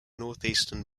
northeastern